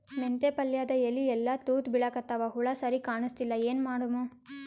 ಮೆಂತೆ ಪಲ್ಯಾದ ಎಲಿ ಎಲ್ಲಾ ತೂತ ಬಿಳಿಕತ್ತಾವ, ಹುಳ ಸರಿಗ ಕಾಣಸ್ತಿಲ್ಲ, ಏನ ಮಾಡಮು?